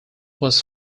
was